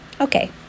Okay